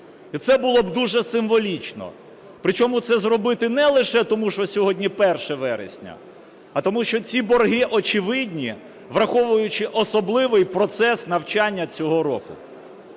і це було б дуже символічно. Причому це зробити не лише тому, що сьогодні 1 вересня, а тому, що ці борги очевидні, враховуючи особливий процес навчання цього року.